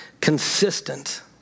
consistent